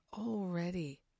already